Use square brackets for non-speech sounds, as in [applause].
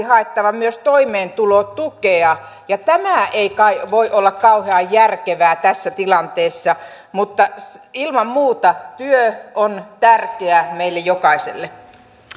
[unintelligible] haettava myös toimeentulotukea ja tämä ei kai voi olla kauhean järkevää tässä tilanteessa mutta ilman muuta työ on tärkeä meille jokaiselle